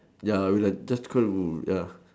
ya we like just try to ya